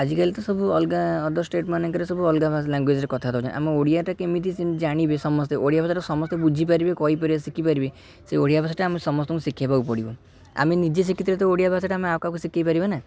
ଆଜିକାଲି ତ ସବୁ ଅଲଗା ଅଦର ଷ୍ଟେଟ୍ ମାନଙ୍କରେ ସବୁ ଅଲଗା ଲାଙ୍ଗୁଏଜରେ କଥା କହୁଛନ୍ତି ଆମ ଓଡ଼ିଆଟା କେମିତି ସେ ଜାଣିବେ ସମସ୍ତେ ଓଡ଼ିଆ ଭାଷାଟା ସମସ୍ତେ ବୁଝିପାରିବେ କହିପାରିବେ ଶିଖିପାରିବେ ସେ ଓଡ଼ିଆ ଭାଷାଟା ଆମେ ସମସ୍ତଙ୍କୁ ଶିଖେଇବାକୁ ପଡ଼ିବ ଆମେ ନିଜେ ଶିଖିଥିଲେ ତ ଓଡ଼ିଆ ଭାଷାଟା ଆମେ ଆଉ କାହାକୁ ଶିଖେଇପାରିବା ନା